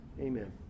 amen